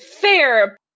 fair